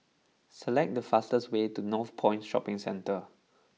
select the fastest way to Northpoint Shopping Centre